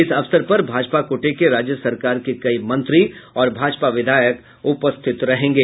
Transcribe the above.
इस अवसर पर भाजपा कोटे के राज्य सरकार के कई मंत्री और भाजपा विधायक उपस्थित रहेंगे